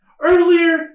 Earlier